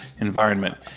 environment